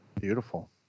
Beautiful